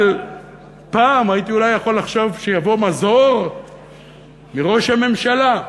אבל פעם הייתי אולי יכול לחשוב שיבוא מזור מראש הממשלה.